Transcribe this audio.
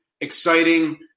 exciting